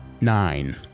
Nine